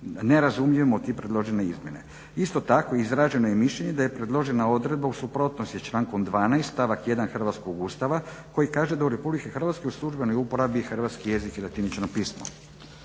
nerazumljiv motiv predložene izmjene. Isto tako izraženo je mišljenje da je predložena odredba u suprotnosti s člankom 12. stavak 1. hrvatskog Ustava koji kaže da u RH u službenoj uporabi je hrvatski jezik i latinično pismo.